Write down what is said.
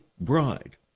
bride